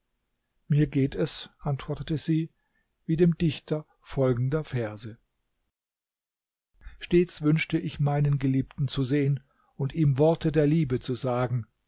mir geht es antwortete sie wie dem dichter folgender verse stets wünschte ich meinen geliebten zu sehen und ihm worte der liebe zu sagen